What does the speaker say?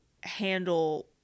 handle